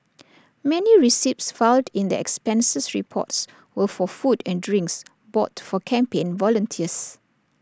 many receipts filed in the expenses reports were for food and drinks bought for campaign volunteers